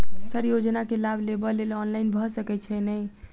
Sir योजना केँ लाभ लेबऽ लेल ऑनलाइन भऽ सकै छै नै?